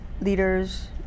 leaders